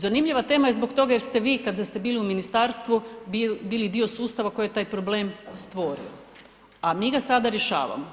Zanimljiva tema je zbog toga jer ste vi kada ste bili u ministarstvu bili dio sustava koji je taj problem stvorio a mi ga sada rješavamo.